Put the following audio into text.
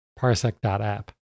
parsec.app